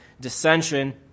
dissension